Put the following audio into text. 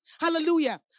Hallelujah